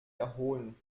erholen